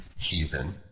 heathen,